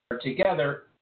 together